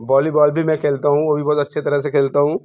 volleyball भी मैं खेलता हूँ वो भी बहुत अच्छे तरह से खेलता हूँ